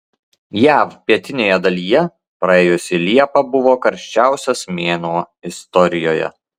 jav pietinėje dalyje praėjusi liepa buvo karščiausias mėnuo istorijoje